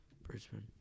Brisbane